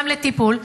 גם לטיפול,